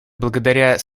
благодаря